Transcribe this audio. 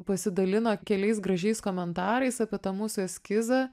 pasidalino keliais gražiais komentarais apie tą mūsų eskizą